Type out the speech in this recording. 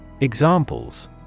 Examples